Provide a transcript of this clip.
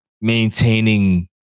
maintaining